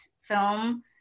film